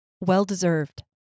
well-deserved